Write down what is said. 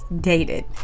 dated